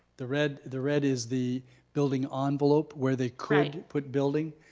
the red the red is the building ah envelope where they could put building,